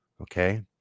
okay